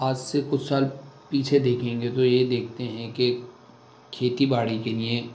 آج سے کچھ سال پیچھے دیکھیں گے تو یہ دیکھتے ہیں کہ کھیتی باڑی کے لیے